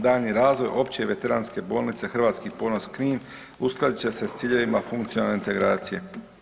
Daljnji razvoj Opće i veteranske bolnice „Hrvatski ponos“ Knin uskladit će se sa ciljevima funkcionalne integracije.